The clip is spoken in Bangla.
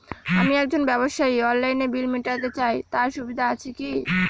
আমি একজন ব্যবসায়ী অনলাইনে বিল মিটাতে চাই তার সুবিধা আছে কি?